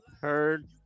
heard